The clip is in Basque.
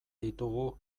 ditugu